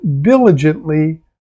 diligently